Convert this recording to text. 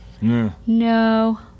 no